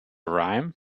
rhyme